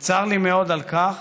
צר לי מאוד על כך